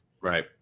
right